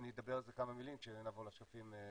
ואני אגיד על זה כמה מילים בשקפים הבאים.